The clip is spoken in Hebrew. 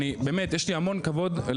באמת יש לי המון כבוד.